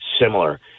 similar